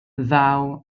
ddaw